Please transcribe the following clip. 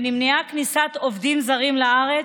ונמנעה כניסת העובדים הזרים לארץ.